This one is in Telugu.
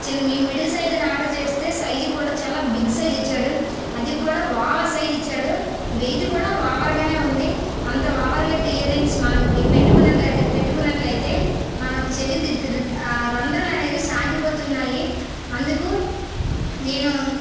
చిన్న నేను మిడిల్ సైజ్ ఆర్డర్ చేస్తే సైజ్ కూడా చాలా బిగ్ సైజ్ ఇచ్చాడు అది కూడా ఓవర్ సైజ్ ఇచ్చాడు వైట్ కూడా ఓవర్గా ఉంది అంతా ఓవర్ వైట్ ఇయర్ రింగ్స్ మనం పెట్టుకున్నట్టు పెట్టుకునట్టు అయితే మన చెవి దిద్దులు రంద్రాలు అనేవి సాగిపోతున్నాయి అందుకు నేను